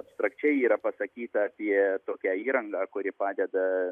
abstrakčiai yra pasakyta apie tokią įrangą kuri padeda